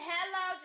Hello